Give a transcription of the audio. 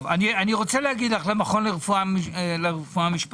אני רוצה להגיד למכון לרפואה משפטית.